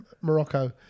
Morocco